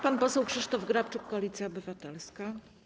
Pan poseł Krzysztof Grabczuk, Koalicja Obywatelska.